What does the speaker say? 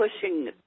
pushing